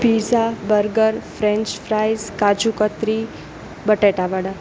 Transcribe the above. pizza burger French fries kaju katri batata વડા